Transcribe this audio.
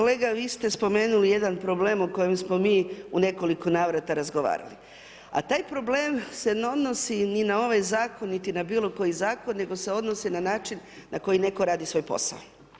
Kolega, vi ste spomenuli jedan problem o kojem smo mi u nekoliko navrata razgovarali a taj problem se ne odnosi ni na ovaj zakon niti na bilokoji zakon nego se odnosi na način na koji netko radi svoj posao.